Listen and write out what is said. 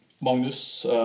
Magnus